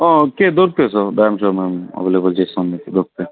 okay దొరికుతాయి sir damn sure మేం available చేస్తాం మీకు దొరుకుతాయి